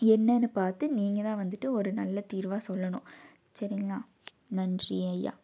என்னன்னு பார்த்து நீங்கள் தான் வந்துட்டு ஒரு நல்ல தீர்வாக சொல்லணும் சரிங்களா நன்றி ஐயா